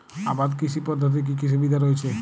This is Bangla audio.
আবাদ কৃষি পদ্ধতির কি কি সুবিধা রয়েছে?